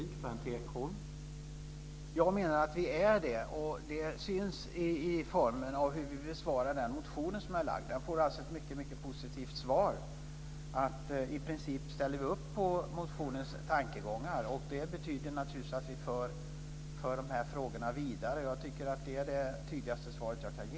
Herr talman! Jag menar att vi är det. Det syns på hur vi besvarar den motion som är väckt. Den får ett mycket positivt svar. I princip ställer vi upp på motionens tankegångar, och det betyder naturligtvis att vi för de här frågorna vidare. Jag tycker att det är det tydligaste svar jag kan ge.